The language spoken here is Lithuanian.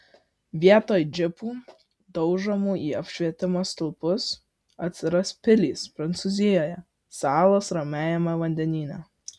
vietoj džipų daužomų į apšvietimo stulpus atsiras pilys prancūzijoje salos ramiajame vandenyne